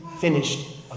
finished